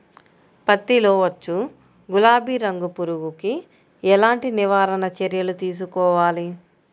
పత్తిలో వచ్చు గులాబీ రంగు పురుగుకి ఎలాంటి నివారణ చర్యలు తీసుకోవాలి?